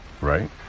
Right